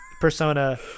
persona